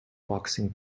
boxing